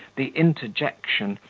the interjection,